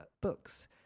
books